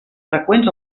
freqüents